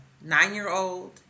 nine-year-old